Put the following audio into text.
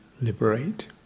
liberate